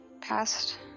past